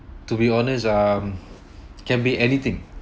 to be honest um can be anything